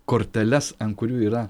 korteles ant kurių yra